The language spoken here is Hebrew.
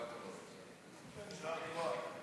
יישר כוח.